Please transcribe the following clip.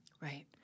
Right